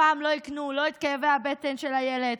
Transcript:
הפעם לא יקנו לא את כאבי הבטן של אילת